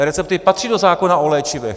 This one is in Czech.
Recepty patří do zákona o léčivech.